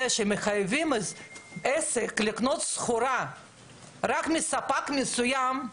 שמחייבים עסק לקנות סחורה רק מספק מסוים,